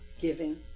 giving